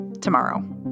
tomorrow